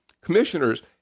commissioners